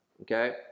Okay